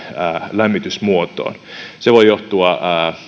lämmitysmuotoon se voi johtua